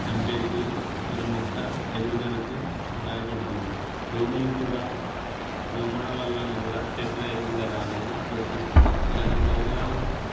చంపి మన మొక్క ఎదుగుదలకు సహాయపడుతుంది దోమలు కూడా దోమల వల్ల కూడా చెట్ల ఎదుగుదల అనేది లోపిస్తుంది ఇలాంటి దోమలను